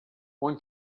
one